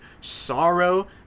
sorrow